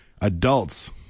adults